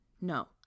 No